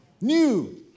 New